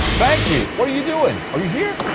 thank you. what are you doing? are you here?